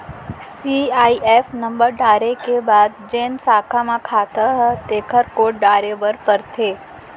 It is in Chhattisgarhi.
सीआईएफ नंबर डारे के बाद जेन साखा म खाता हे तेकर कोड डारे बर परथे